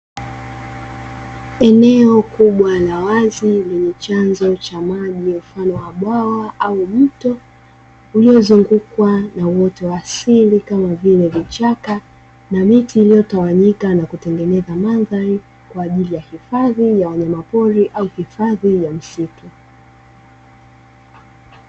Eneo kubwa la wazi lenye chanzo Cha maji, mfano wa bwawa au mto uliozungukwa na uoto wa asili, kama vile vichaka na miti iliyotawanyika na kutengeneza mandhari kwaajili ya uhifadhi wa wanyama pori au hifadhi ya misitu.